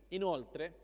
inoltre